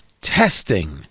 testing